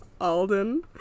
Alden